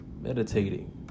meditating